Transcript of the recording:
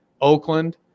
Oakland